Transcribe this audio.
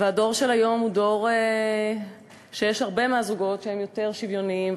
בדור של היום הרבה מהזוגות הם יותר שוויוניים,